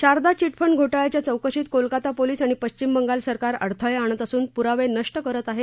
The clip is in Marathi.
शारदा चिटफंड घोटाळ्याच्या चौकशीत कोलकाता पोलीस आणि पश्चिमबंगाल सरकार अडथळे आणत असून पुरावे नष्ट करत आहे